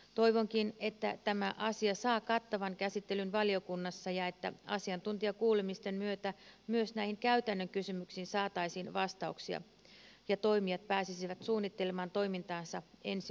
toivonkin että tämä asia saa kattavan käsittelyn valiokunnassa ja että asiantuntijakuulemisten myötä myös näihin käytännön kysymyksiin saataisiin vastauksia ja toimijat pääsisivät suunnittelemaan toimintaansa ensi vuodelle